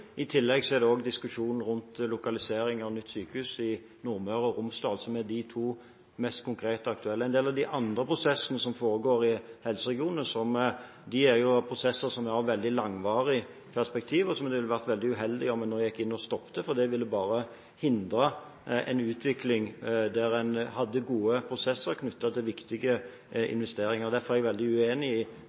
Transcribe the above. I tillegg er det også en diskusjon rundt lokalisering av nytt sykehus i Nordmøre og Romsdal – konkret er dette de to mest aktuelle. En del av de andre prosessene som foregår i helseregioner, er prosesser som har veldig langvarige perspektiv, og som det ville være veldig uheldig om en nå gikk inn og stoppet. Det ville bare hindret en utvikling der en hadde gode prosesser knyttet til viktige investeringer. Derfor er jeg veldig uenig i